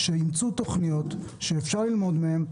כאשר הן אימצו תוכניות שאפשר ללמוד מהן,